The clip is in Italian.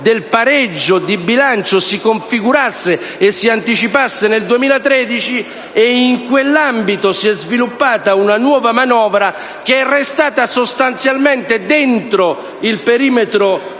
del pareggio di bilancio si configurasse e si anticipasse al 2013 e, in quell'ambito, si è sviluppata una nuova manovra che è restata sostanzialmente dentro il perimetro